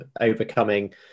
overcoming